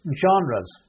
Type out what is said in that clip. genres